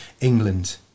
England